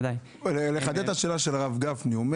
אני רוצה לחדד את השאלה של הרב גפני.